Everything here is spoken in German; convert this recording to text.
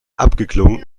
abgeklungen